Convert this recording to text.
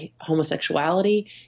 homosexuality